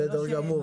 בסדר גמור.